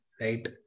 right